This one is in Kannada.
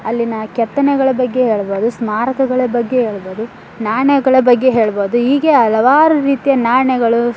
ಅಲ್ಲಿನ ಕೆತ್ತನೆಗಳ ಬಗ್ಗೆ ಹೇಳ್ಬೋದು ಸ್ಮಾರಕಗಳ ಬಗ್ಗೆ ಹೇಳ್ಬೋದು ನಾಣ್ಯಗಳ ಬಗ್ಗೆ ಹೇಳ್ಬೋದು ಹೀಗೆ ಹಲವಾರು ರೀತಿಯ ನಾಣ್ಯಗಳು